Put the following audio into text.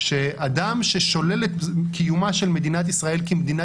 שאדם ששולל את קיומה של מדינת ישראל כמדינה